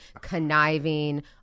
conniving